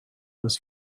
was